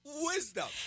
wisdom